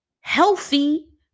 healthy